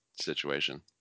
situation